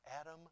Adam